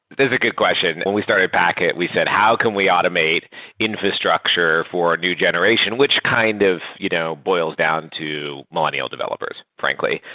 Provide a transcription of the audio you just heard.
that's a good question. when and we started packet we said, how can we automate infrastructure for a new generation? which kind of you know boils down to millennial developers, frankly,